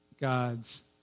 God's